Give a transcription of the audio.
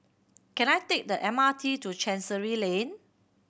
can I take the M R T to Chancery Lane